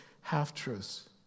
half-truths